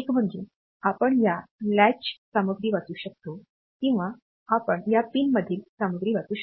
एक म्हणजे आपण या कुंडीची सामग्री वाचू शकता किंवा आपण या पिनमधील सामग्री वाचू शकता